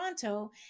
Toronto